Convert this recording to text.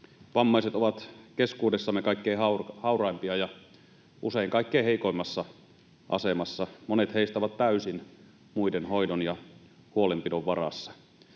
Vammaiset ovat keskuudessamme kaikkein hauraimpia ja usein kaikkein heikoimmassa asemassa. Monet heistä ovat täysin muiden hoidon ja huolenpidon varassa.